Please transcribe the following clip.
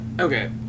Okay